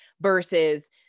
versus